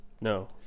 No